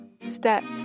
steps